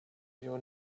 you